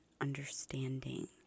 understanding